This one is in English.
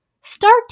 Start